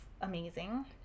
amazing